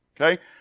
okay